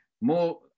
More